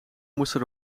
moesten